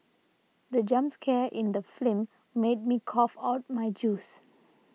the jump scare in the film made me cough out my juice